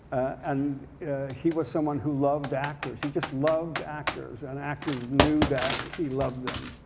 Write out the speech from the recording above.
and he was someone who loved actors. he just loved actors and actors knew that he loved them.